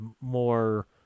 more